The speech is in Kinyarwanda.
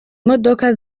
modoka